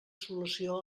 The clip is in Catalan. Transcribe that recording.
solució